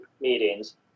meetings